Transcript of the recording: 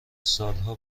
سالها